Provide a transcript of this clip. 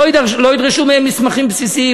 "לא ידרשו מהם מסמכים בסיסיים,